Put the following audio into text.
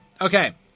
okay